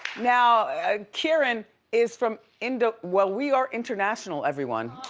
now kira and is from, and ah well, we are international everyone.